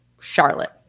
Charlotte